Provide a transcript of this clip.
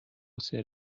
said